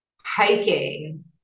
hiking